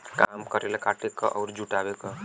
काम करेला काटे क अउर जुटावे क